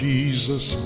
Jesus